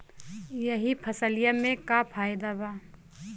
यह फसलिया में का फायदा बा?